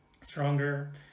stronger